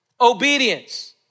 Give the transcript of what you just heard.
obedience